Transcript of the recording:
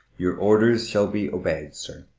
your orders shall be obeyed, sir,